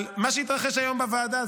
על מה שהתרחש היום בוועדה.